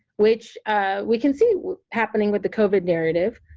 which we can see happening with the covid narrative,